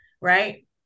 right